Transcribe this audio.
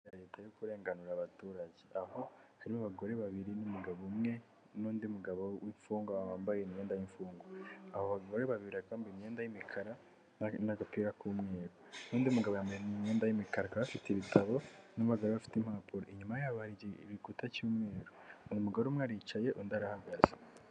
Kubera leta yo kurenganura abaturage aho harimo abagore babiri n'umugabo umwe n'undi mugabo w'imfungwa wambaye imyenda y'imfungwa abo bagabo babiragamba imyenda y'imikara n'agapira ku mwe' undi mugabo yambaye imyenda y'imikara bafite ibitabo numuga bafite impapuro inyuma yabori ibikuta cyumweru umugore umwe aricaye undi arahagaze.